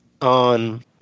on